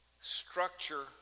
structure